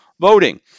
voting